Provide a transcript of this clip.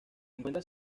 encuentra